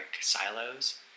silos